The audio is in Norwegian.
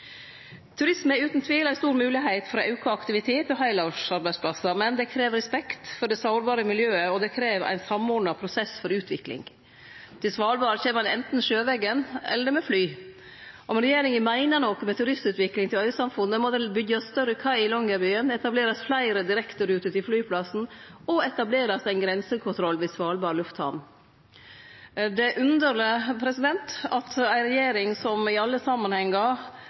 Turisme er utan tvil ei stor moglegheit for auka aktivitet og heilårsarbeidsplassar, men det krev respekt for det sårbare miljøet, og det krev ein samordna prosess for utvikling. Til Svalbard kjem ein anten sjøvegen eller med fly. Om regjeringa meiner noko med turistutvikling til øysamfunnet, må det byggjast større kai i Longyearbyen, etablerast fleire direkteruter til flyplassen og etablerast ein grensekontroll ved Svalbard lufthavn. Det er underleg at ei regjering som i alle samanhengar